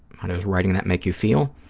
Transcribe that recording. how does writing that make you feel?